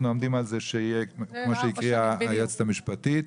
עומדים על זה שיהיה כמו שהקריאה היועצת המשפטית,